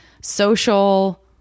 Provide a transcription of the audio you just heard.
social